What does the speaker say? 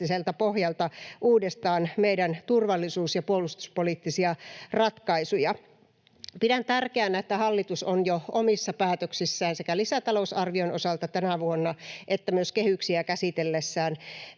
uudestaan meidän turvallisuus- ja puolustuspoliittisia ratkaisuja. Pidän tärkeänä, että hallitus on jo omissa päätöksissään sekä lisätalousarvion osalta tänä vuonna että myös kehyksiä käsitellessään